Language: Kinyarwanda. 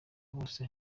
bose